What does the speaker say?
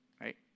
right